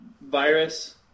virus